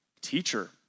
Teacher